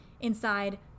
inside